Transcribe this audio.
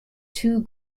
two